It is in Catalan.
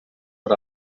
per